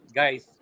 guys